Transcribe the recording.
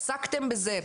האם עסקתם בזה?